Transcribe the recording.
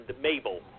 Mabel